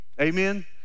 amen